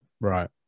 Right